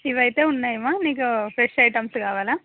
ఇవైతే ఉన్నాయమ్మా మీకు ఫ్రెష్ ఐటమ్స్ కావాలా